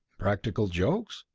practical jokes?